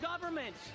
government